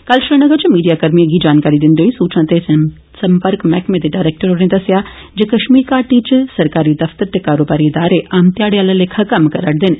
कल श्रीनगर च मीडिया कर्मीएं गी जानकारी दिन्दे होई सूचना ते जनसम्पर्क मैहकमे दे डरैक्टर होरें दस्सेया जे कश्मीर घाटी च सरकारी दफ्तर ते कारोबारी इदारे आम ध्याड़े आला लेखा कम्म करै करदे न